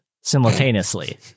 simultaneously